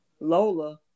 Lola